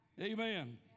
Amen